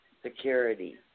security